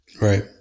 Right